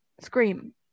scream